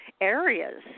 areas